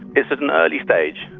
it's at an early stage.